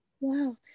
Wow